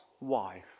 wife